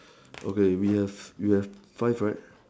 okay we have you have five right